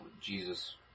Jesus